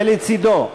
ולצדו,